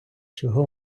чого